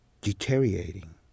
deteriorating